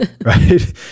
right